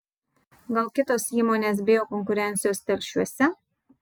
gal kitos įmonės bijo konkurencijos telšiuose